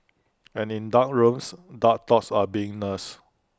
and in dark rooms dark thoughts are being nursed